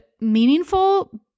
meaningful